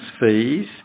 fees